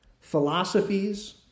philosophies